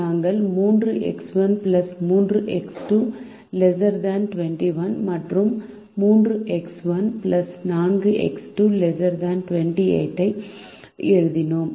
நாங்கள் 3 X1 3 X2≤21 மற்றும் 3 X1 4 X2≤28 ஐ எழுதினோம்